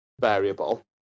variable